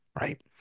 right